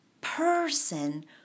person